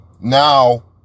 now